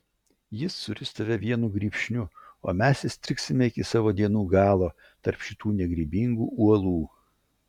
jis suris tave vienu grybšniu o mes įstrigsime iki savo dienų galo tarp šitų negrybingų uolų